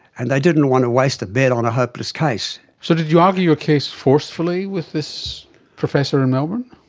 and they didn't want to waste a bed on a hopeless case. so did you argue your case forcefully with this professor in melbourne?